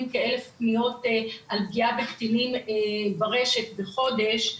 כ-1,000 פניות על פגיעה בקטינים ברשת בחודש,